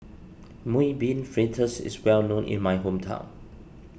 Mung Bean Fritters is well known in my hometown